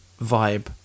vibe